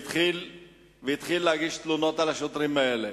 והתחילה להגיש תלונות על השוטרים האלה.